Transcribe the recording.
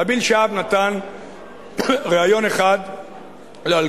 נביל שעת' נתן ריאיון אחד ל"אל-קודס",